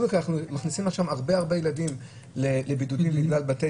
מכניסים עכשיו הרבה ילדים לבידודים בגלל בתי